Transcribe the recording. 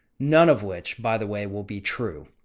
none of which, by the way, will be true.